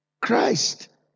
Christ